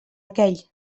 aquell